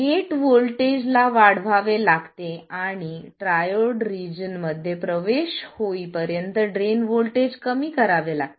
gate voltage ला वाढवावे लागते आणि ट्रायोड रिजन मध्ये प्रवेश होईपर्यंत ड्रेन व्होल्टेज कमी करावे लागते